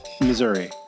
Missouri